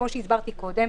כפי שהסברתי קודם,